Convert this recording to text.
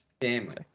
Family